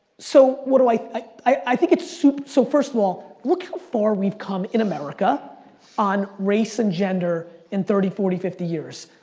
so, what do i, i think it's so first of all, look how far we've come in america on race and gender in thirty, forty, fifty years.